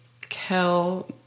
Kel